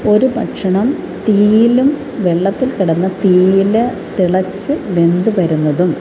ഒരു ഭക്ഷണം തീയിലും വെള്ളത്തിൽ കിടന്ന് തീയിൽ തിളച്ച് വെന്ത് വരുന്നതും